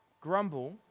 grumble